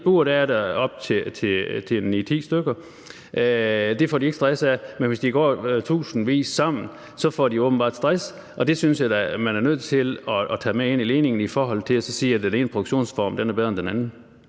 bur er der op til 9-10 stykker – får de ikke stress, men hvis de går tusindvis sammen, får de åbenbart stress, og det synes jeg da man er nødt til at tage med ind i ligningen i forhold til at sige, at den ene produktionsform er bedre end den anden.